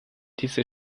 diese